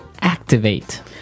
activate